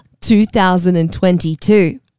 2022